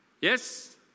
Yes